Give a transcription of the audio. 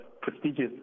prestigious